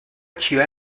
起源